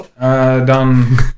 done